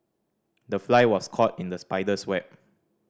the fly was caught in the spider's web